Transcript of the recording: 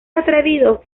atrevido